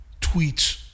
tweets